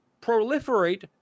proliferate